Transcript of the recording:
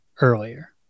earlier